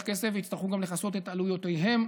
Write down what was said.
כסף ויצטרכו גם לכסות את עלויותיהם,